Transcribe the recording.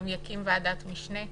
גם יקים ועדת משנה.